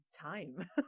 time